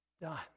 Done